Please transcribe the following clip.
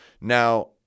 Now